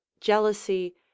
jealousy